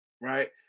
right